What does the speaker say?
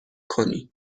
کنی